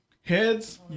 Heads